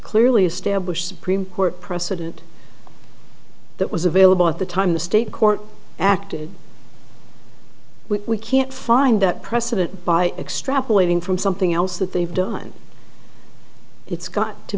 clearly established supreme court precedent that was available at the time the state court acted we can't find that precedent by extrapolating from something else that they've done it's got to